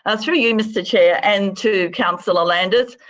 ah through you, mr chair and to councillor landers,